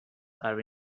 are